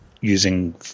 using